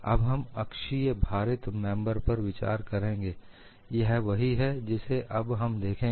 अब हम अक्षीय भारित मेंबर पर विचार करेंगें यह वही है जिसे अब हम देखेंगे